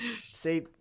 See